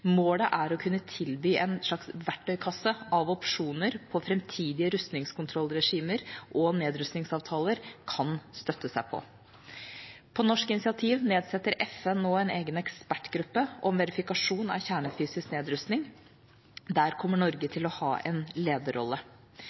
Målet er å kunne tilby en slags verktøykasse av opsjoner som framtidige rustningskontrollregimer og nedrustningsavtaler kan støtte seg på. På norsk initiativ nedsetter FN nå en egen ekspertgruppe om verifikasjon av kjernefysisk nedrustning. Der kommer Norge til å ha en lederrolle.